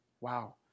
Wow